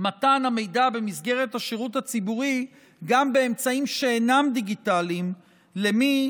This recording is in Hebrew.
מתן המידע במסגרת השירות הציבורי גם באמצעים שאינם דיגיטליים למי